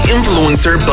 Influencer